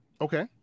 Okay